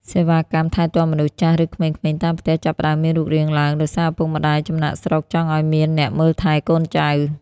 សេវាកម្ម "ថែទាំមនុស្សចាស់" ឬក្មេងៗតាមផ្ទះ ចាប់ផ្ដើមមានរូបរាងឡើង ដោយសារឪពុកម្ដាយចំណាកស្រុកចង់ឱ្យមានអ្នកមើលថែកូនចៅ។